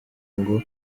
ngo